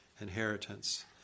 inheritance